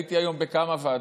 שהייתי היום בכמה ועדות.